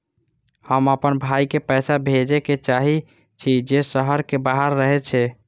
हम आपन भाई के पैसा भेजे के चाहि छी जे शहर के बाहर रहे छै